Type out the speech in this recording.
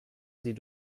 sie